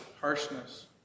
harshness